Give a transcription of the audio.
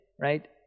right